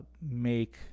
make